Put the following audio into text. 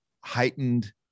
heightened